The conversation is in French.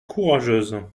courageuse